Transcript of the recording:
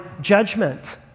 judgment